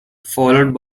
followed